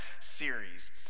series